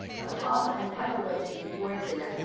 of sauce and pepper wedges before dinner.